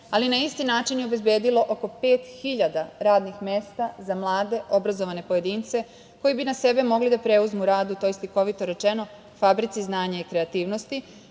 ali i na isti način obezbedilo oko pet hiljada radnih mesta za mlade, obrazovane pojedince koji bi na sebe mogli da preuzmu rad, tj. slikovito rečeno, u fabrici znanja i kreativnosti